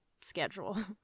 schedule